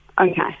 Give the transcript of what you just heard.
Okay